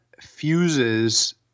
fuses